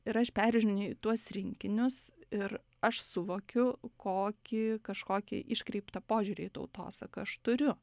ir aš peržiūrinėju tuos rinkinius ir aš suvokiu kokį kažkokį iškreiptą požiūrį į tautosaką aš turiu